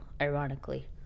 ironically